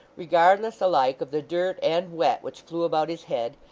regardless alike of the dirt and wet which flew about his head,